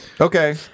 Okay